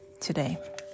today